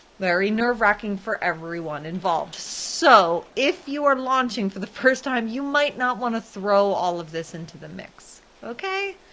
very nerve-wracking for everyone involved, so if you are launching for the first time, you might not want to throw all of this into the mix, okay?